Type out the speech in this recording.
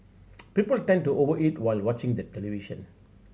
people tend to over eat while watching the television